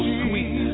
sweet